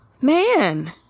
man